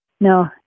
No